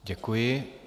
Děkuji.